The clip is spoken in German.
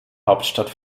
hauptstadt